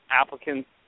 applicants